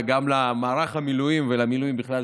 וגם למערך המילואים ולמילואים בכלל,